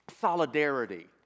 Solidarity